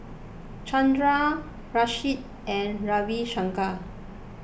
Chandra Rajesh and Ravi Shankar